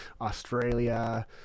Australia